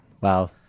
Wow